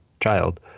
child